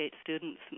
students